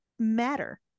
matter